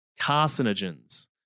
carcinogens